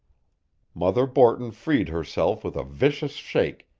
mother borton freed herself with a vicious shake,